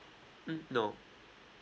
mm no